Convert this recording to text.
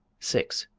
six.